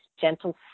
gentle